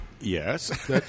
Yes